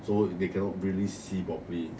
so they cannot really see properly